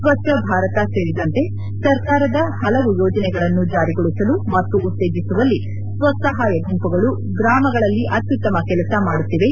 ಸ್ವಚ್ಛ ಭಾರತ ಸೇರಿದಂತೆ ಸರ್ಕಾರದ ಹಲವು ಯೋಜನೆಗಳನ್ನು ಜಾರಿಗೊಳಿಸಲು ಮತ್ತು ಉತ್ತೇಜಿಸುವಲ್ಲಿ ಸ್ವ ಸಹಾಯ ಗುಂಪುಗಳು ಗ್ರಾಮಗಳಲ್ಲಿ ಅತ್ಯುತ್ತಮ ಕೆಲಸ ಮಾಡುತ್ತಿವೆ